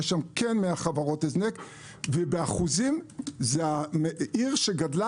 יש שם 100 חברות הזנק ובאחוזים זו העיר שגדלה